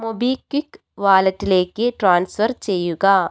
MobiKwik വാലറ്റിലേക്ക് transfer ചെയ്യുക